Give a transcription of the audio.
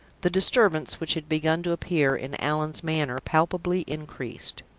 the disturbance which had begun to appear in allan's manner palpably increased.